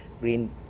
green